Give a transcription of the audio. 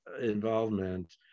involvement